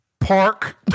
park